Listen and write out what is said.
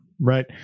right